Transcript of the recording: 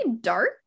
dark